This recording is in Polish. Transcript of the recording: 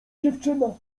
dziewczyna